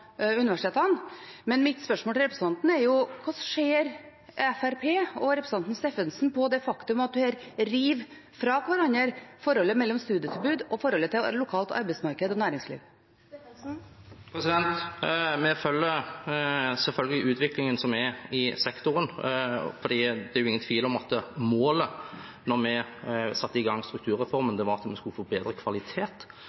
Mitt spørsmål til representanten er: Hvordan ser Fremskrittspartiet og representanten Steffensen på det faktum at man her river fra hverandre forholdet mellom studietilbud og lokalt arbeidsmarked og næringsliv? Vi følger selvfølgelig utviklingen som er i sektoren, for det er ingen tvil om at målet da vi satte i gang strukturreformen,